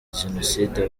jenoside